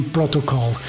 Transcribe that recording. Protocol